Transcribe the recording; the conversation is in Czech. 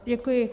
Děkuji.